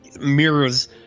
mirrors